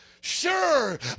Sure